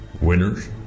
Winners